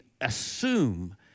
assume